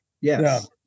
Yes